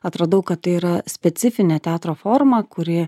atradau kad tai yra specifinė teatro forma kuri